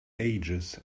ages